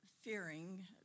fearing